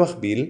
במקביל,